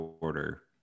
order